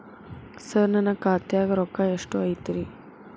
ಸರ ನನ್ನ ಖಾತ್ಯಾಗ ರೊಕ್ಕ ಎಷ್ಟು ಐತಿರಿ?